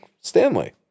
Stanley